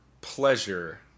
pleasure